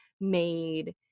made